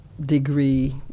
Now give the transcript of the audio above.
degree